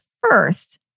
first